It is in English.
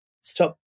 stop